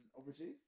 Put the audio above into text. Overseas